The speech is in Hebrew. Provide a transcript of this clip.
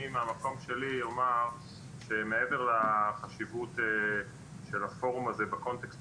אני מהמקום שלי אומר שמעבר לחשיבות של הפורום הזה בקונטקסט